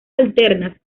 alternas